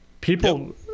people